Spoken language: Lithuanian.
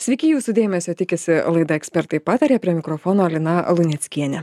sveiki jūsų dėmesio tikisi laida ekspertai pataria prie mikrofono lina luneckienė